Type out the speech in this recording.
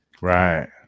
Right